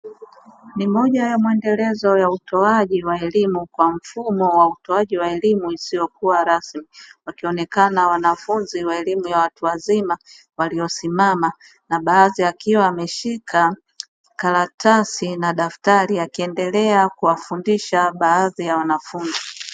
Ni moja ya mwendelezo ya utoaji wa elimu kwa mfumo wa utoaji wa elimu isiyokuwa rasmi, wakionekana wanafunzi wa elimu ya watu wazima waliosimama na baadhi akiwa ameshika karatasi na daftari akiendelea kuwafundisha baadhi ya wanafunzi.